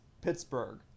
Pittsburgh